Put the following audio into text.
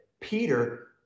Peter